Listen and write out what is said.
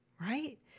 right